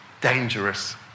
dangerous